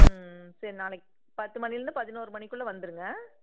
ம் சரி நாளைக்கு பத்து மணிலந்து பதினோரு மணிக்குள்ளே வந்துருங்க